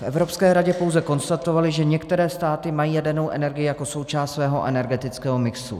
V Evropské radě pouze konstatovali, že některé státy mají jadernou energii jako součást svého energetického mixu.